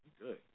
Good